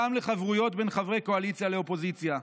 גם לחברויות בין חברי קואליציה לאופוזיציה.